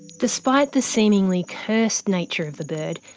despite the seemingly cursed nature of the bird,